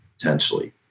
potentially